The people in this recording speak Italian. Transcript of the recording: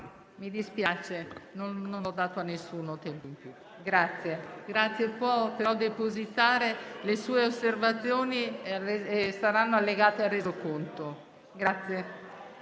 Mi dispiace, non ho dato a nessuno tempo in più. Può però depositare le sue osservazioni che saranno allegate al Resoconto.